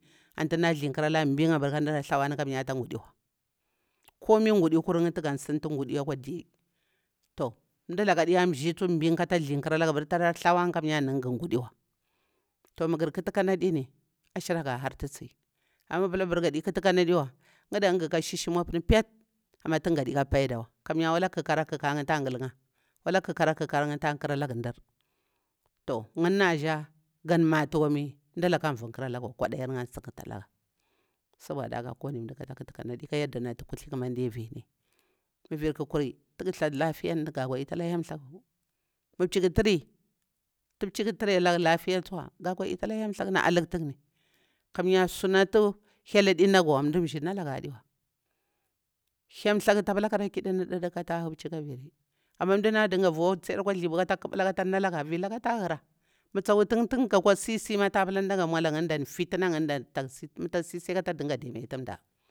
Ti dara thankarlan kadi rah thawani kamiri ta ngudi wa kumin kagudi kur ti gansiti ngudi akwa di. Toh ndilakah tsunbin abir tara thawankhe kamiya nakha kamiya ga ngudin. Toh mah gari ƙuti, kanadine lashiraga a hartisi, amah abir gadi ƙuti kanadiwa. Ngadankha gaka shi- shi npu pat ama tin gadika paidawa kamiya wallah kaka a ka ta ngu- ngul kha, wallah karaka ta nƙuralaga ndir. Toh ngani asha gan matiwa wani ndulaka an viƙuraguwa, kwadair hka asi kalaga, sabuda haka kuwani ndah kata ƙuti kanaɗi ka yadanati kuthli ƙumaɗau vini mah vir ƙukuri tigu thati lafiya ga guditah alah hyel thlau, ma pahi ƙu tiri ti pichi ƙu tiri alagu lafiya tsuwa ga gudita alah hyel thaku na aluktini. Kamiya sunati hyel adi nagawa ndir nji nalaga adiwa. Hyel thlatku tapala abir kara kidini tahu pchi kah viri, ama ndah dinga vu tsiya akwa thlipu kata ƙubula kati naga, vilaka ta gura matsik wutukha tin ga kwa sisi tapala nmwala ngadan fitina ngadani kasi kata dinga dimiti ndini.